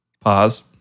pause